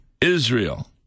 Israel